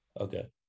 Okay